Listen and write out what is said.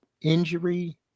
injury